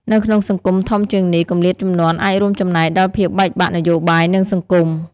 នៅក្នុងសង្គមធំជាងនេះ គម្លាតជំនាន់អាចរួមចំណែកដល់ភាពបែកបាក់នយោបាយ និងសង្គម។